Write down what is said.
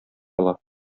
ала